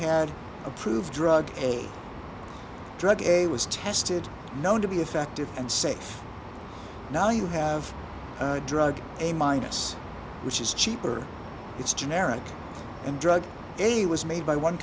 had approved drug a drug was tested known to be effective and safe now you have a drug a minus which is cheaper it's generic and drug a was made by one